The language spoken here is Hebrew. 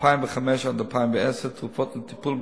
2005 2010 תרופות לטיפול,